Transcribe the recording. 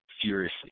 furiously